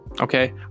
Okay